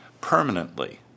permanently